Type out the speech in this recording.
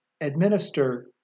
administer